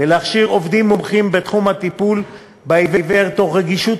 ולהכשיר עובדים מומחים בתחום הטיפול בעיוור תוך רגישות